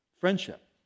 friendship